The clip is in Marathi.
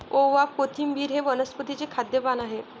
ओवा, कोथिंबिर हे वनस्पतीचे खाद्य पान आहे